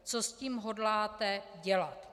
Co s tím hodláte dělat?